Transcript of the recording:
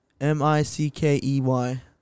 M-I-C-K-E-Y